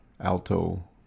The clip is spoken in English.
alto